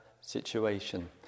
situation